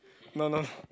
no no